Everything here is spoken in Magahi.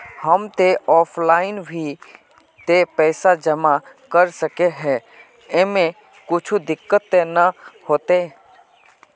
हम ते ऑफलाइन भी ते पैसा जमा कर सके है ऐमे कुछ दिक्कत ते नय न होते?